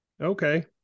okay